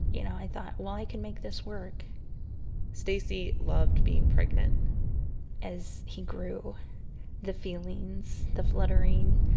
you know, i thought, well, i can make this work stacie loved being pregnant as he grew the feelings, the fluttering.